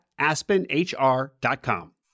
AspenHR.com